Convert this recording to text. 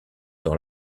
dans